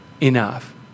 enough